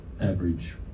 average